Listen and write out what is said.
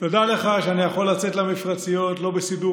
תודה לך שאני יכול לצאת למפרציות לא בסידור